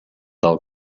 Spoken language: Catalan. del